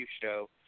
show